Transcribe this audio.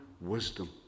wisdom